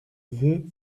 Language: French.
vœu